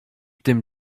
tym